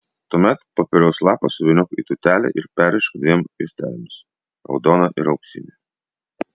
tuomet popieriaus lapą suvyniok į tūtelę ir perrišk dviem juostelėmis raudona ir auksine